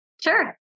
Sure